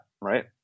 right